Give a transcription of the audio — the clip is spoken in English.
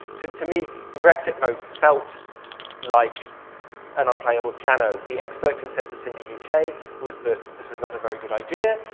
to to me, the brexit vote felt like an unplayable piano. the expert consensus in the u k. was this was not a very good idea.